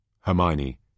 Hermione